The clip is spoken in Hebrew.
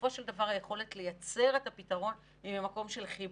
בסופו של דבר היכולת לייצר את הפתרון היא ממקום של חיבור,